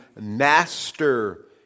master